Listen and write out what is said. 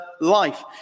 life